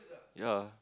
ya